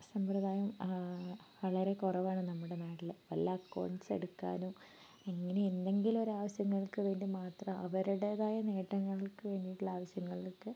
സമ്പ്രദായം വളരെ കുറവാണ് നമ്മുടെ നാട്ടിൽ വല്ല അക്കൗണ്ട്സ് എടുക്കാനും ഇങ്ങനെ എന്തെങ്കിലും ഒരാവശ്യങ്ങൾക്ക് വേണ്ടി മാത്രം അവരുടേതായ നേട്ടങ്ങൾക്ക് വേണ്ടിയിട്ടുള്ള ആവശ്യങ്ങൾക്ക്